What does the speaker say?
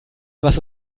was